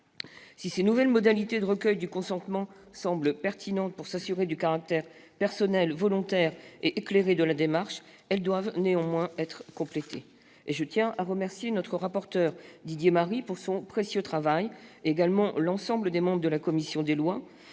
Si ces nouvelles modalités de recueil du consentement semblent pertinentes pour s'assurer du caractère personnel, volontaire et éclairé de la démarche, elles doivent néanmoins être complétées. Je tiens à remercier notre rapporteur, Didier Marie, ainsi que l'ensemble des membres de la commission des lois,